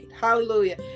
hallelujah